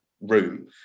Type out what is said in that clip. room